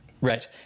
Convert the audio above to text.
Right